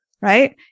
right